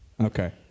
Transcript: Okay